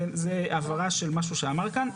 זו הבהרה של משהו שנאמר כאן.